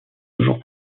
toujours